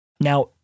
Now